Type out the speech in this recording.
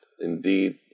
indeed